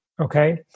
Okay